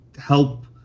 help